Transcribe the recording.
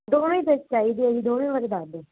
ਦੋਵੇਂ ਜੱਗ ਚਾਹੀਦੇ ਹੈ ਜੀ ਦੋਵੇਂ ਬਾਰੇ ਦੱਸ ਦਿਓ